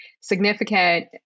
significant